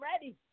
ready